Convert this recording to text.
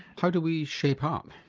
how do we shape um